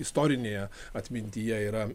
istorinėje atmintyje yra